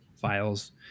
files